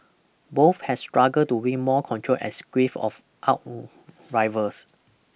both have stuggled to win more control and squeeze of out rivals